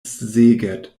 szeged